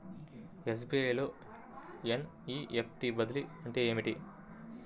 SBI లో NEFT బదిలీ అంటే ఏమిటి?